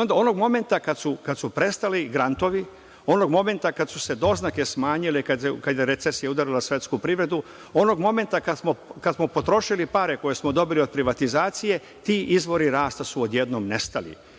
Onda, onog momenta kada su prestali grantovi, onog momenta kada su se doznake smanjile, kada je recesija udarila svetsku privredu, onog momenta kada smo potrošili pare koje smo dobili od privatizacije, ti izvori rasta su odjednom nestali.